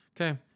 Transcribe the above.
okay